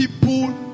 people